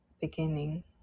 beginning